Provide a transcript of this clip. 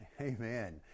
Amen